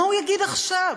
מה הוא יגיד עכשיו?